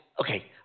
okay